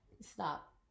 stop